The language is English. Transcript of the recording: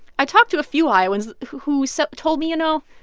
i talked to a few iowans who who so told me, you know,